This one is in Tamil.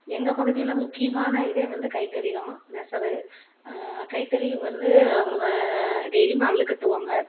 எங்கள் பகுதியில் முக்கியமான இதே வந்து கைத்தறிதான் நெசவு கைத்தறி வந்து அவங்க டெய்லியுமே அல்லுக்கட்டுவாங்க